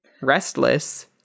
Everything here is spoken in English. restless